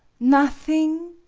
nothing?